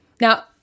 Now